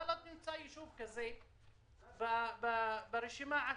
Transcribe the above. לא תמצא יישוב כזה ברשימה עצמה.